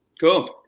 Cool